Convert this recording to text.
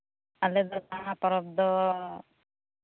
ᱟᱞᱮᱫᱚ ᱵᱟᱦᱟ ᱯᱚᱨᱚᱵᱽ ᱫᱚ